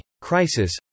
crisis